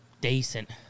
decent